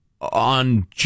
On